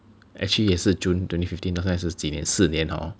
actually 也是 June twenty fifteen 到现在是几年四年 hor